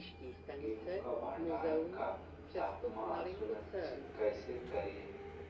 गेहूं का भंडारण का तापमान सुनिश्चित कैसे करिये?